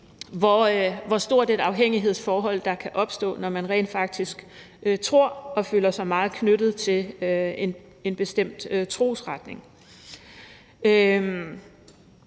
hvor stærkt et afhængighedsforhold der kan opstå, når en person rent faktisk har en tro og føler sig meget knyttet til en bestemt trosretning.